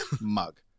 Mug